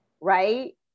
right